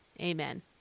Amen